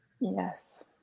Yes